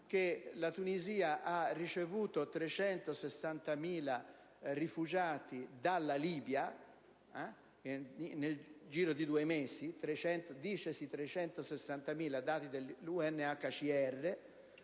la Tunisia ha ricevuto 360.000 rifugiati dalla Libia nel giro di due mesi (sono dati dell'UNHCR),